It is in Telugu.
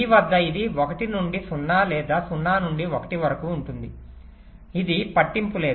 b వద్ద ఇది 1 నుండి 0 లేదా 0 నుండి 1 వరకు ఉంటుంది ఇది పట్టింపు లేదు